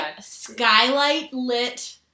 skylight-lit